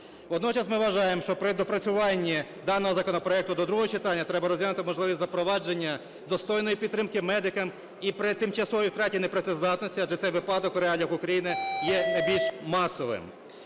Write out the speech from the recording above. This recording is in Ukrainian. Водночас ми вважаємо, що при доопрацюванні даного законопроекту до другого читання треба розглянути можливість запровадження достойної підтримки медикам і при тимчасовій втраті непрацездатності, адже цей випадок у реаліях України найбільш масовим.